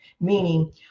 meaning